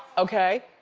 okay.